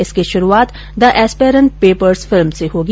इसकी शुरुआत the Aspern papers फिल्म से होगी